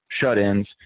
shut-ins